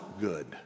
good